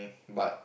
but